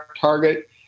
Target